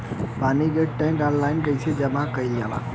पानी क tax online कईसे जमा कईल जाला?